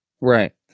Right